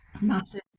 massive